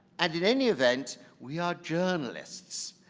and, in any event, we are journalists.